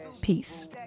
Peace